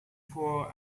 pool